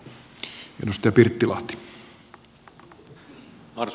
arvoisa puhemies